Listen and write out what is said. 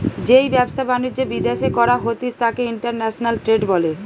যেই ব্যবসা বাণিজ্য বিদ্যাশে করা হতিস তাকে ইন্টারন্যাশনাল ট্রেড বলে